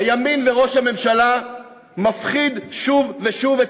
הימין וראש הממשלה מפחידים שוב ושוב את